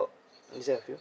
oh is that of you